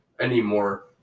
anymore